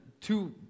two